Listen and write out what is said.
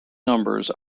numbers